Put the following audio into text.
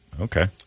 Okay